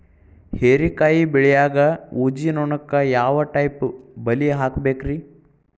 ಹೇರಿಕಾಯಿ ಬೆಳಿಯಾಗ ಊಜಿ ನೋಣಕ್ಕ ಯಾವ ಟೈಪ್ ಬಲಿ ಹಾಕಬೇಕ್ರಿ?